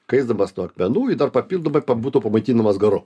kaisdamas nuo akmenų ir dar papildomai pabūtų pamaitinamas garu